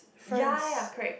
ya ya correct